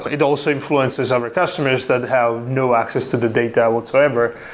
it also influences our customers that have no access to the data whatsoever.